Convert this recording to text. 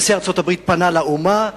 נשיא ארצות-הברית פנה לאומה,